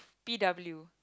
P W